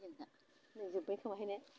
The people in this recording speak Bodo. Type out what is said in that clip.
नै जोबबाय खोमाहाय ने